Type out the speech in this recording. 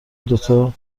دوتا